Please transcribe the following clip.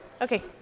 Okay